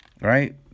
right